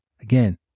Again